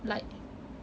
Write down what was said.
like